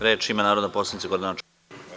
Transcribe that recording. Reč ima narodni poslanik Gordana Čomić.